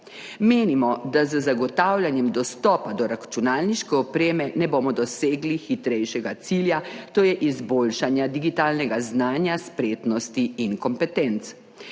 Menimo, da z zagotavljanjem dostopa do računalniške opreme ne bomo dosegli hitrejšega cilja, to je izboljšanja digitalnega znanja, spretnosti in kompetenc.